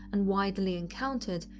and widely encountered,